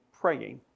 praying